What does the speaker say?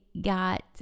got